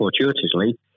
fortuitously